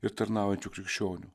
ir tarnaujančių krikščionių